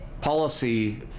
policy